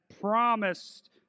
promised